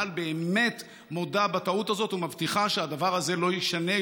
שאל על באמת מודה בטעות הזאת ומבטיחה שהדבר הזה לא יישנה.